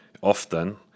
Often